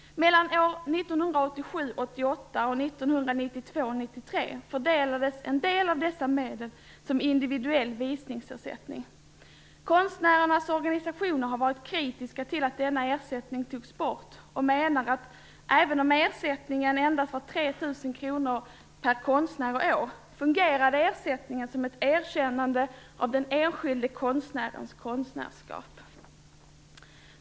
Mellan åren 1987 93 fördelades en del av dessa medel som individuell visningsersättning. Konstnärernas organisationer har varit kritiska till att denna ersättning tagits bort och menar att även om ersättningen endast var 3 000 kr per konstnär och år, fungerade den som ett erkännande av den enskilde konstnärens konstnärskap.